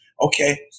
okay